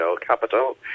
capital